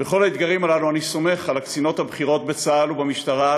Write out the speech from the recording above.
בכל האתגרים הללו אני סומך על הקצינות הבכירות בצה"ל ובמשטרה,